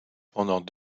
pendant